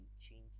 change